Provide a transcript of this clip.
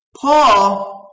Paul